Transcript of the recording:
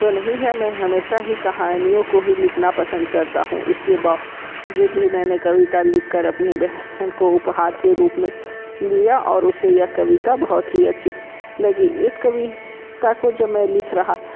तो नहीं है मैं हमेशा ही कहानियों को ही लिखना पसंद करता हूँ इसके बा वजूद भी मैंने कविता लिखकर अपनी बहन को उपहार के रूप में दिया और उसे यह कविता बहुत ही अच्छी लगी इस कवि ता को जब मैं लिख रहा